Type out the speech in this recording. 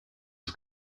des